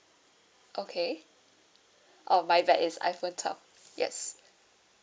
okay oh my bad it's iphone twelve yes